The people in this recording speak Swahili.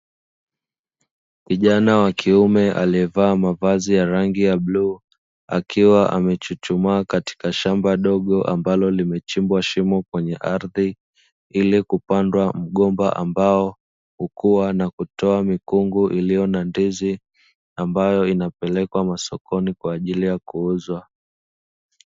kijana wa kiume aliyevaa mavazi ya rangi ya bluu akiwa amechuchumaa katika shamba dogo ambalo limechimbwa shimo kwenye ardhi, ili kupanda mgomba ambao hukua na kutoa mikungu iliyo na ndizi ambayo inapelekwa masokoni kwa ajili ya kuuzwa.